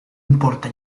importa